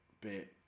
bit